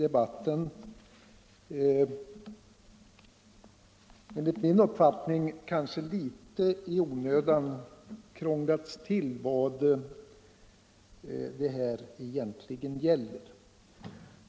Enligt min uppfattning har frågan om vad det här egentligen gäller krånglats till litet i onödan.